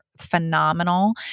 phenomenal